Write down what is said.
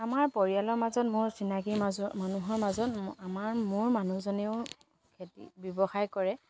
আমাৰ পৰিয়ালৰ মাজত মোৰ চিনাকি মানুহৰ মাজত আমাৰ মোৰ মানুহজনেও খেতি ব্যৱসায় কৰে